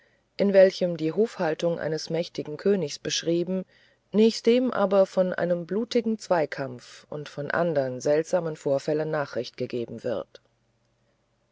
in welchem die hofhaltung eines mächtigen königs beschrieben nächstdem aber von einem blutigen zweikampf und andern seltsamen vorfällen nachricht gegeben wird